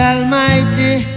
Almighty